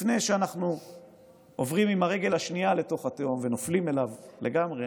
לפני שאנחנו עוברים עם הרגל השנייה לתוך התהום ונופלים אליה לגמרי,